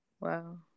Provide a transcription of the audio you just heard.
wow